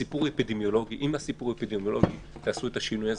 אם הסיפור הוא אפידמיולוגי, תעשו את השינוי הזה.